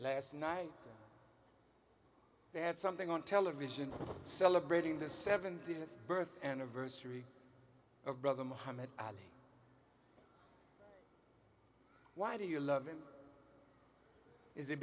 last night they had something on television celebrating the seventieth birthday anniversary of brother mohammad ali why do you love him is it